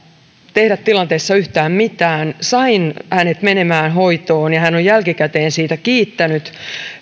tehdä tilanteessa yhtään mitään sain hänet menemään hoitoon ja hän on jälkikäteen siitä kiittänyt